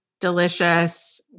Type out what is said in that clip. delicious